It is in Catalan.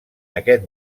aquest